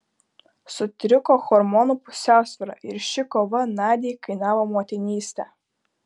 sutriko hormonų pusiausvyra ir ši kova nadiai kainavo motinystę